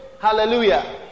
Hallelujah